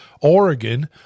Oregon